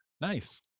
Nice